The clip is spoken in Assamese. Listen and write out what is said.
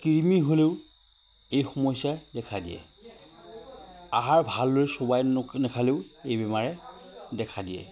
কৃমি হ'লেও এই সমস্যাই দেখা দিয়ে আহাৰ ভালদৰে চোবাই নেখালেও এই বেমাৰে দেখা দিয়ে